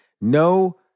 No